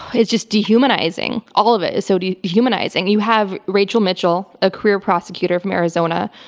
it's just dehumanizing. all of it is so dehumanizing. you have rachel mitchell, a career prosecutor from arizona,